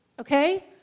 Okay